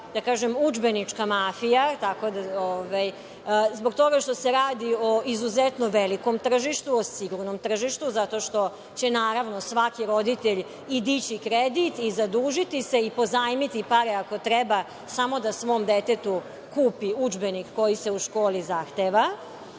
da kažem, udžbenička mafija, zbog toga što se radi o izuzetnom velikom tržištu, o sigurnom tržištu zato što će naravno svaki roditelj i dići kredit i zadužiti se i pozajmiti pare, ako treba, samo da svom detetu kupi udžbenik koji se u školi zahteva. Saznali